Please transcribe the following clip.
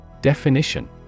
Definition